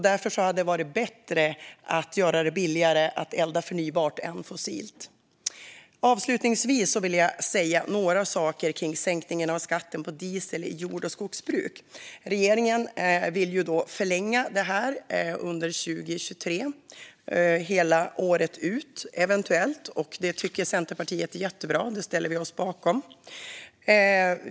Därför hade det varit bättre att göra det billigare att elda förnybart än att elda fossilt. Jag vill också säga några saker om sänkningen av skatten på diesel i jord och skogsbruk. Regeringen vill förlänga det här under 2023, eventuellt hela året ut, och det tycker Centerpartiet är jättebra. Det ställer vi oss bakom.